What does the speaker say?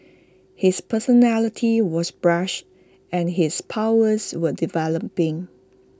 his personality was brash and his powers were developing